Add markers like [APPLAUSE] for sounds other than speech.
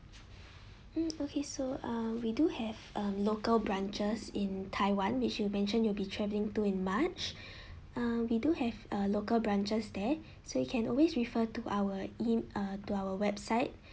mm okay so um we do have um local branches in taiwan which you mentioned you'll be travelling to in march [BREATH] um we do have uh local branches there so you can always refer to our em~ uh to our website